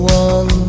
one